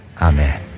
Amen